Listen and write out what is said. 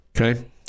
Okay